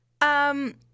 Um-